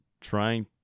trying